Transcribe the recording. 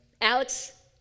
Alex